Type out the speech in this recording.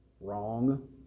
wrong